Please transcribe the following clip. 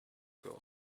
girl